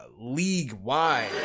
league-wide